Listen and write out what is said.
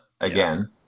again